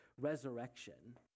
resurrection